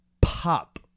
pop